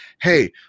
hey